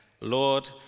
Lord